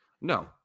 No